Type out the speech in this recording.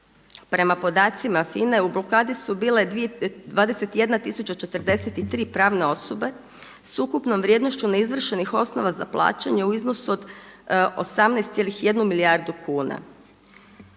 prema podacima FINA-e u blokadi su bile 21043 pravne osobe s ukupnom vrijednošću neizvršenih osnova za plaćanje u iznosu od 18,1 milijardi kuna.